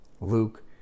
Luke